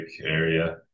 area